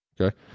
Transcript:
Okay